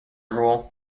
rule